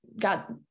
got